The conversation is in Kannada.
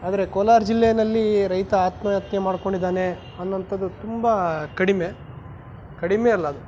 ಆದರೆ ಕೋಲಾರ ಜಿಲ್ಲೇನಲ್ಲಿ ರೈತ ಆತ್ಮಹತ್ಯೆ ಮಾಡ್ಕೊಂಡಿದ್ದಾನೆ ಅನ್ನೋವಂತದ್ದು ತುಂಬ ಕಡಿಮೆ ಕಡಿಮೆ ಅಲ್ಲ ಅದು